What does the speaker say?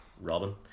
Robin